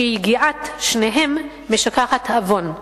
שיגיעת שניהם משכחת עוון,